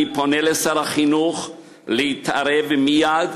אני פונה לשר החינוך להתערב מייד